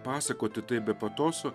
pasakoti tai be patoso